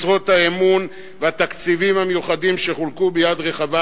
משרות האמון והתקציבים המיוחדים שחולקו ביד רחבה,